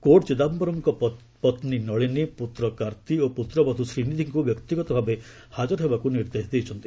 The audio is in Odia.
କୋର୍ଟ ଚିଦାୟରମ୍ଙ୍କ ପତ୍ନୀ ନଳିନୀ ପୁତ୍ର କାର୍ତ୍ତି ଓ ପୁତ୍ରବଧୂ ଶ୍ରୀନିଧିଙ୍କୁ ବ୍ୟକ୍ତିଗତ ଭାବେ ହାଳର ହେବାକୁ ନିର୍ଦ୍ଦେଶ ଦେଇଛନ୍ତି